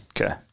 Okay